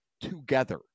together